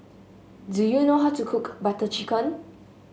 do you know how to cook Butter Chicken